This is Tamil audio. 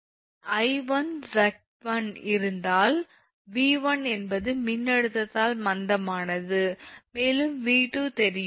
𝐼1 𝑍1 தெரிந்தால் 𝑉1 என்பது மின்னழுத்தத்தால் மந்தமானது மேலும் 𝑉2 தெரியும்